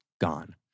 gone